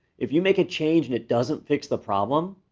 if you make a change and it doesn't fix the problem,